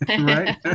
right